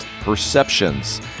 perceptions